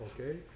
okay